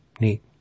Neat